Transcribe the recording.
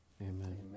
Amen